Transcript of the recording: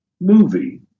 movie